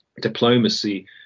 diplomacy